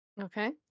Okay